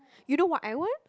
you know what I want